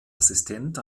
assistent